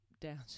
down